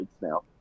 now